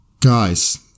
Guys